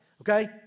okay